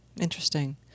Interesting